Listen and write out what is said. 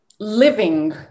living